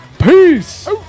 Peace